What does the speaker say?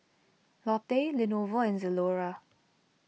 Lotte Lenovo and Zalora